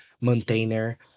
maintainer